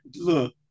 look